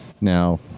now